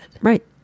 Right